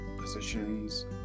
positions